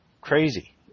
crazy